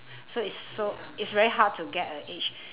so it's so it's very hard to get a age